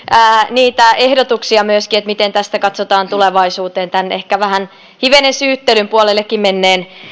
niitä ehdotuksia miten tässä katsotaan tulevaisuuteen tämän ehkä hivenen syyttelyn puolellekin menneen